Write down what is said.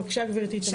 בבקשה גברתי, תמשיכי.